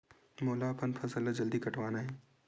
मोला अपन फसल ला जल्दी कटवाना हे?